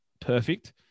Perfect